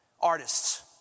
Artists